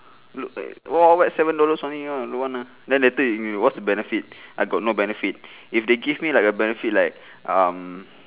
look like wild wild wet seven dollars only don't want lah then later in you what's the benefits I got no benefits if they give me like a benefits like um